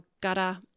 gutter